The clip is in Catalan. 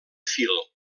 fil